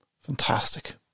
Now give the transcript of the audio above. Fantastic